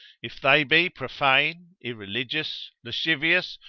if they be profane, irreligious, lascivious,